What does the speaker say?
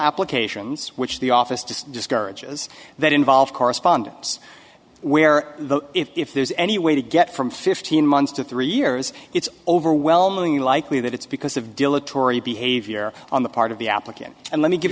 applications which the office just discourages that involves correspondence where the if there's any way to get from fifteen months to three years it's overwhelmingly likely that it's because of dilatory behavior on the part of the applicant and let me give